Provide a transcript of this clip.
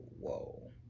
Whoa